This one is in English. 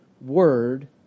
word